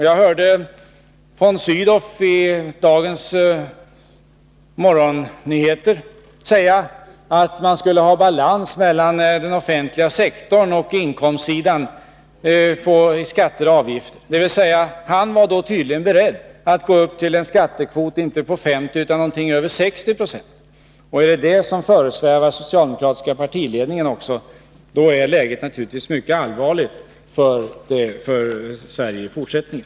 Jag hörde von Sydow i dagens morgonnyheter säga att man måste ha balans när det gäller den offentliga sektorn. Han var tydligen beredd att acceptera en skattekvot på inte 50 26 utan på något över 60 26. Föresvävar detta även den socialdemokratiska partiledningen, blir läget naturligtvis mycket allvarligt för Sverige i fortsättningen.